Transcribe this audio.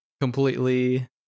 completely